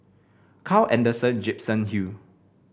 Carl Alexander Gibson Hill